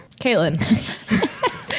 caitlin